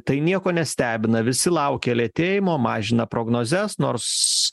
tai nieko nestebina visi laukia lėtėjimo mažina prognozes nors